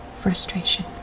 frustration